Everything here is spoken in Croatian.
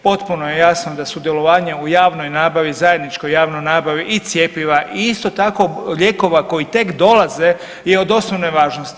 Potpuno je jasno da sudjelovanje u javnoj nabavi, zajedničkoj javnoj nabavi i cjepiva i isto tako lijekova koji tek dolaze je od osnovne važnosti.